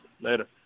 later